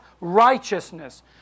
righteousness